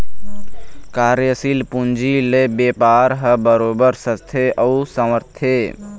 कार्यसील पूंजी ले बेपार ह बरोबर सजथे अउ संवरथे